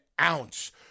ounce